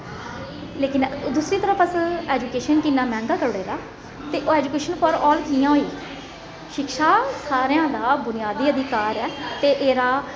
लेकिन दूसरी तरफ अस ऐजुकेशन गी इन्ना मैंह्गा करी ओङ़े दा ते ओह् ऐजुकेशन फार आल कि'यां होई शिक्षा सारे दा बुनियादी अधिकार ऐ ते एह्दा